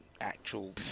actual